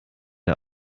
der